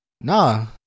No